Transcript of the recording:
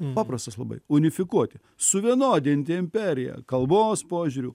paprastas labai unifikuoti suvienodinti imperiją kalbos požiūriu